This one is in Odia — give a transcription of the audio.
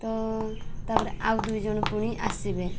ତ ତାପରେ ଆଉ ଦୁଇ ଜଣ ପୁଣି ଆସିବେ